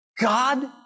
God